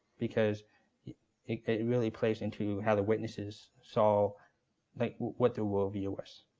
because it it really plays into how the witnesses saw like what the worldview was.